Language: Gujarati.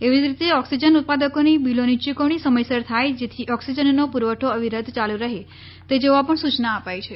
એવી જ રીતે ઓક્સીજન ઉત્પાદકોના બીલોની યૂકવણી સમયસર થાય જેથી ઓક્સીજનનો પુરવઠો અવિરત ચાલુ રહે તે જોવા પણ સૂચના અપાઈ છે